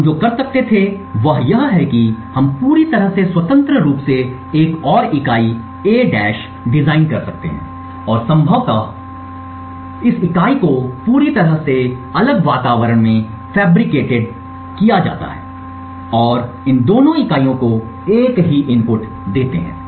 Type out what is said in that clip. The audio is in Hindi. हम जो कर सकते थे वह है कि हम पूरी तरह से स्वतंत्र रूप से एक और इकाई A डिजाइन कर सकते हैं और संभवतः बस इस इकाई को पूरी तरह से अलग वातावरण में फैब्रिकेटेड किया जाता है और दोनों इकाइयों को एक ही इनपुट देते हैं